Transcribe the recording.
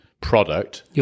product